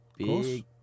Big